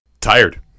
Tired